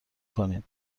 کنین